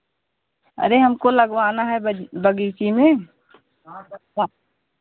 अरे हमको लगवाना है बगीचे में